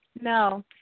No